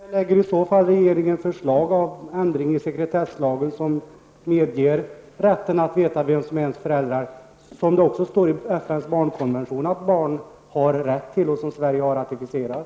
Herr talman! När lägger i så fall regeringen fram ett förslag om en ändring i sekretesslagen som medger rätt att veta vem som är ens förälder, något som också står i FNs barnkonvention som Sverige också har ratificerat?